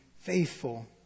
faithful